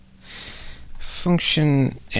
function